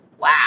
Wow